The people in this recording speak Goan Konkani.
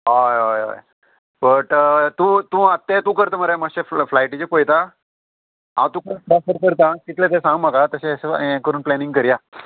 हय हय हय बट तूं तूं आत तें तूं करता मरे मातशें फ्लायटीचे पयता हांव तुका प्रफर करता कितलें तें सांग म्हाका तशें हें करून प्लॅनींग करया